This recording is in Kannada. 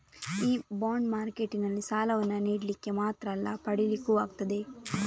ಈ ಬಾಂಡ್ ಮಾರ್ಕೆಟಿನಲ್ಲಿ ಸಾಲವನ್ನ ನೀಡ್ಲಿಕ್ಕೆ ಮಾತ್ರ ಅಲ್ಲ ಪಡೀಲಿಕ್ಕೂ ಆಗ್ತದೆ